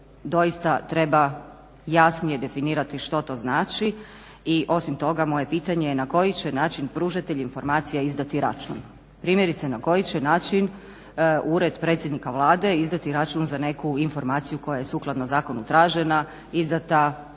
doista treba jasnije definirati što to znači. I osim toga, moje pitanje je na koji će način pružatelj informacije izdati račun. Primjerice, na koji će način Ured predsjednika Vlade izdati račun za neku informaciju koja je sukladno zakonu tražena, izdata na